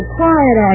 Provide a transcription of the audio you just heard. quiet